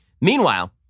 Meanwhile